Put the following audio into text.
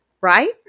right